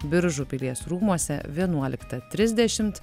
biržų pilies rūmuose vienuoliktą trisdešimt